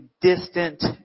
distant